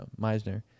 Meisner